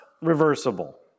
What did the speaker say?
reversible